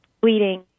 bleeding